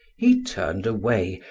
he turned away,